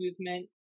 movement